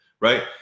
right